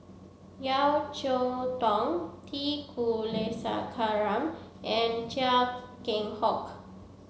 Yeo Cheow Tong T Kulasekaram and Chia Keng Hock